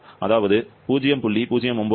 அதாவது 0